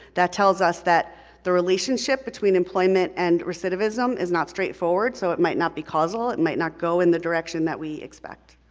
that tells us that the relationship between employment and recidivism is not straightforward, so it might be causal, it might not go in the direction that we expect.